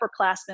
upperclassmen